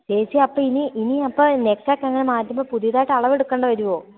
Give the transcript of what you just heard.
ചേച്ചി അപ്പം ഇനി ഇനി അപ്പം നെക്ട് നമ്മൾ മാറ്റുമ്പോൾ പുതിയതായിട്ട് അളവ് എടുക്കേണ്ടി വരുമോ